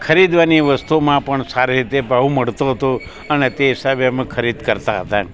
ખરીદવાની વસ્તુમાં પણ સારી રીતે ભાવ મળતો હતો અને તે હિસાબે અમે ખરીદ કરતા હતા